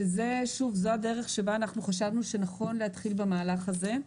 שזו הדרך שבה חשבנו שנכון להתחיל במהלך הזה,